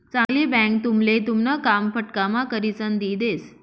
चांगली बँक तुमले तुमन काम फटकाम्हा करिसन दी देस